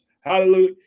Hallelujah